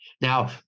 Now